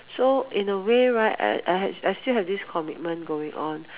so in a way right I ha~ I I still have this commitment going on